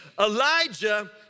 Elijah